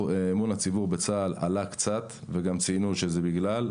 אמון הציבור בצה"ל עלה קצת וגם ציינו שזה בגלל.